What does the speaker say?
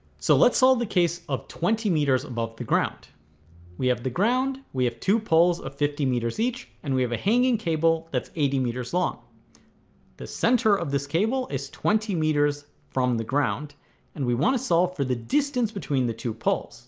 so, let's solve the case of twenty meters above the ground we have the ground. we have two poles of fifty meters each and we have a hanging cable. that's eighty meters long the center of this cable is twenty meters from the ground and we want to solve for the distance between the two poles